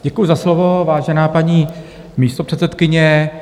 Děkuji za slovo, vážená paní místopředsedkyně.